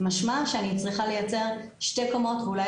משמע שאני צריכה לייצר שתי קומות ואולי